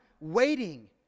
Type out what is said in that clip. waiting